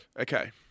Okay